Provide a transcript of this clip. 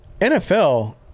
NFL